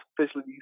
officially